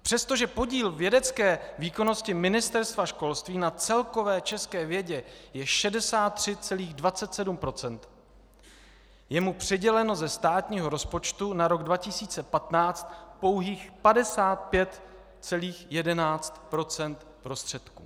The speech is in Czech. Přestože podíl vědecké výkonnosti Ministerstva školství na celkové české vědě je 63,27 %, je mu přiděleno ze státního rozpočtu na rok 2015 pouhých 55,11 % prostředků.